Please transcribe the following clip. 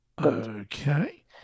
Okay